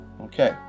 Okay